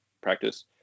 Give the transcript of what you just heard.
practice